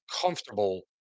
comfortable